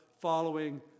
following